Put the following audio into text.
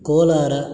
Kolar